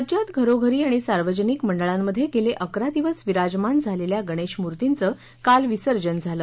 राज्यात घरोघरी आणि सार्वजनिक मंडळांमध्ये गेले अकरा दिवस विराजमान झालेल्या गणेशमूर्तीचं काल विसर्जन झालं